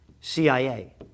CIA